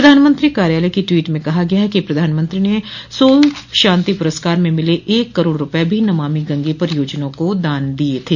प्रधानमंत्री कार्यालय की ट्वीट में कहा गया है कि प्रधानमंत्री ने सोल शांति पुरस्कार में मिले एक करोड़ रूपये भी नमामि गंगे परियोजना को दान किए थे